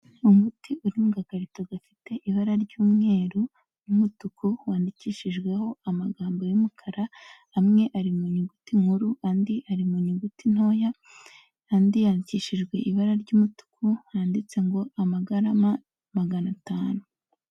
Umuti uri mu gakarito gafite ibara ry'umweru n'umutuku wandikishijweho amagambo y'umukara amwe ari mu nyuguti nkuru andi ari mu nyuguti ntoya, andi yandikishijwe ibara ry'umutuku handitse ngo amagarama magana atanu.